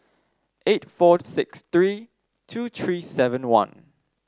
eight four six three two three seven one